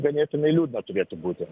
ganėtinai liūdna turėtų būti